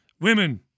Women